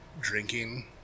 drinking